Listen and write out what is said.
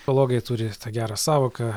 filogai turi tą gerą sąvoką